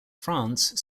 france